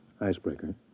icebreaker